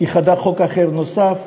וייחדה חוק אחר נוסף